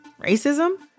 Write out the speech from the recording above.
Racism